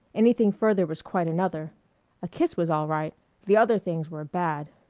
anything further was quite another a kiss was all right the other things were bad.